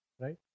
Right